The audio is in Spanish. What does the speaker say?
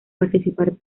participar